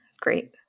Great